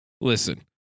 listen